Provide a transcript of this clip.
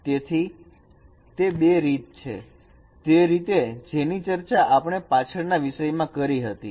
તેથી તે બે રીત છે તે રીતે જેની ચર્ચા આપણે પાછળના વિષયમાં કરી હતી